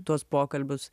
tuos pokalbius